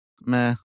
meh